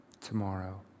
tomorrow